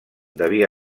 devia